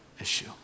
issue